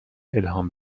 الهام